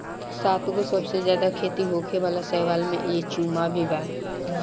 सातगो सबसे ज्यादा खेती होखे वाला शैवाल में युचेमा भी बा